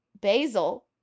basil